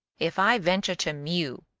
if i venture to mew,